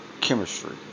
chemistry